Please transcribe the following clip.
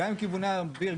גם עם כיווני האוויר,